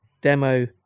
demo